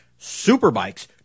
Superbikes